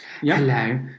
Hello